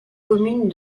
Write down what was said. commune